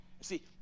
see